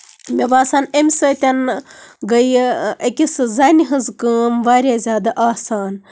مےٚ باسان اَمہِ سۭتۍ گٔیہِ أکِس زَنہِ ہٕنٛز کٲم واریاہ زیادٕ آسان